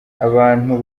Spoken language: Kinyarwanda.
abantu